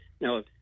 Now